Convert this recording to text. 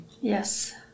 Yes